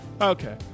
Okay